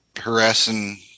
harassing